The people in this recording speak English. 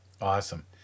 Awesome